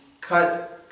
cut